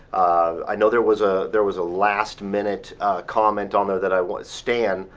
i know there was ah there was a last-minute comment on there that i want. stan,